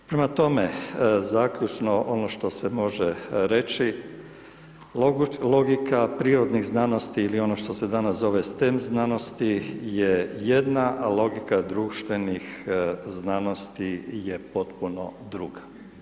Prema tome, zaključno ono što se može reći, logika prirodnih znanosti ili ono što se danas zove STEM znanosti, je jedna, a logika društvenih znanosti je potpuno druga.